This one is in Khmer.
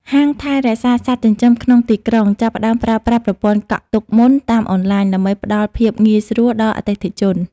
ហាងថែរក្សាសត្វចិញ្ចឹមក្នុងទីក្រុង ចាប់ផ្តើមប្រើប្រាស់ប្រព័ន្ធកក់ទុកមុនតាមអនឡាញ ដើម្បីផ្តល់ភាពងាយស្រួលដល់អតិថិជន។